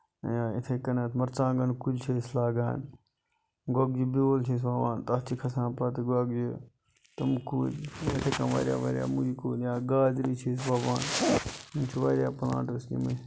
یا یِتھَے کٔنیتھ مَرژوانگَن کُلۍ چھِ أسۍ لاگان گۄگجہِ بیول چھِ أسۍ وَوان تَتھ چھِ کھسان پَتہٕ گۄگجہِ تِم کُلی یا یِتھَے کَنۍ واریاہ واریاہ کُلۍ یا گازرِ چھِ أسۍ وَوان یِم چھِ واریاہ پٔلانٹس یِم أسۍ